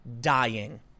dying